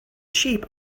sheep